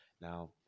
now